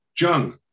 Jung